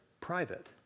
private